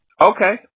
Okay